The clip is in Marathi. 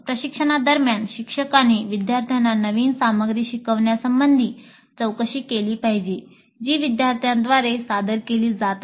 प्रशिक्षणादरम्यान शिक्षकांनी विद्यार्थ्यांना नवीन सामग्री शिकवण्यासंबंधी चौकशी केली पाहिजे जी शिक्षकांद्वारे सादर केली जात आहे